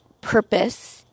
purpose